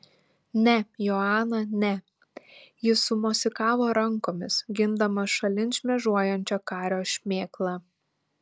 ne joana ne jis sumosikavo rankomis gindamas šalin šmėžuojančią kario šmėklą